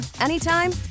anytime